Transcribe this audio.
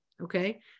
okay